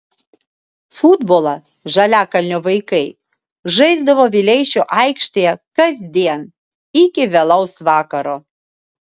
futbolą žaliakalnio vaikai žaisdavo vileišio aikštėje kasdien iki vėlaus vakaro